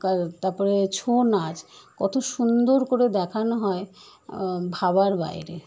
কাও তারপরে ছৌ নাচ কত সুন্দর করে দেখানো হয় ভাবার বাইরে